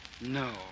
No